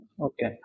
Okay